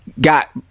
got